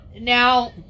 Now